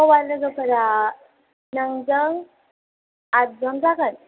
हौवा लोगोफोरा नोंजों आटजन जागोन